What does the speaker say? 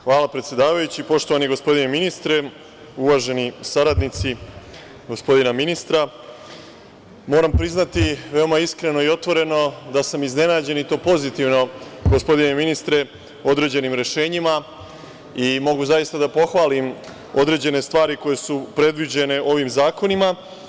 Hvala predsedavajući, poštovani gospodine ministre, uvaženi saradnici gospodina ministra, moram priznati veoma iskreno i otvoreno da sam iznenađen i to pozitivno gospodine ministre određenim rešenjima i mogu zaista da pohvalim određene stvari koje su predviđene ovim zakonima.